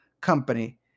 company